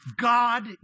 God